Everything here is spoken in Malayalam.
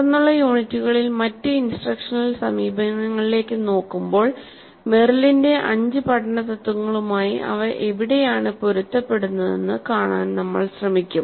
തുടർന്നുള്ള യൂണിറ്റുകളിൽ മറ്റ് ഇൻസ്ട്രക്ഷണൽ സമീപനങ്ങളിലേക്ക് നോക്കുമ്പോൾ മെറിലിന്റെ അഞ്ച് പഠന തത്വങ്ങളുമായി അവ എവിടെയാണ് പൊരുത്തപ്പെടുന്നതെന്ന് കാണാൻ നമ്മൾ ശ്രമിക്കും